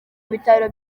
bitaro